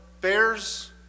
bears